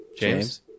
James